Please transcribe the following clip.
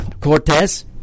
Cortez